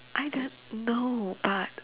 I don't know but